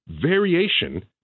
variation